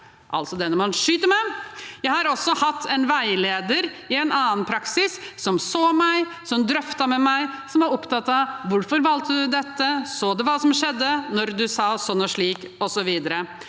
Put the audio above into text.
altså den man skyter med. Jeg har også hatt en veileder i en annen praksis som så meg, som drøftet med meg, som var opptatt av bl.a. å spørre: Hvorfor valgte du dette? Så du hva som skjedde da du sa sånn og slik? Jeg må innrømme